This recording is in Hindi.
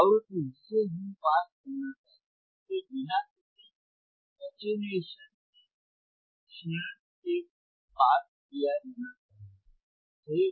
आवृत्ति जिसे हम पास करना चाहते हैं उसे बिना किसी अटेनुएश क्षीणन के पास किया जाना चाहिए सही